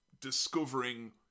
discovering